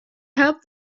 help